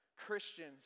Christians